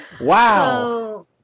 Wow